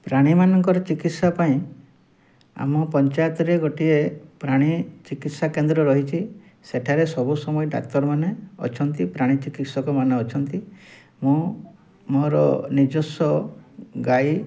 ପ୍ରାଣୀମାନଙ୍କର ଚିକିତ୍ସା ପାଇଁ ଆମ ପଞ୍ଚାୟତରେ ଗୋଟିଏ ପ୍ରାଣୀ ଚିକିତ୍ସା କେନ୍ଦ୍ର ରହିଛି ସେଠାରେ ସବୁ ସମୟରେ ଡାକ୍ତରମାନେ ଅଛନ୍ତି ପ୍ରାଣୀ ଚିକିତ୍ସକମାନେ ଅଛନ୍ତି ମୁଁ ମୋର ନିଜସ୍ୱ ଗାଈ